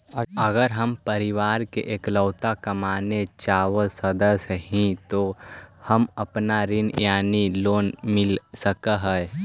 अगर हम परिवार के इकलौता कमाने चावल सदस्य ही तो का हमरा ऋण यानी लोन मिल सक हई?